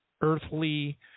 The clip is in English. earthly